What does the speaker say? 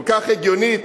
כל כך הגיונית,